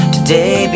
Today